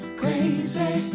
crazy